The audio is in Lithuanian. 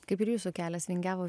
kaip ir jūsų kelias vingiavo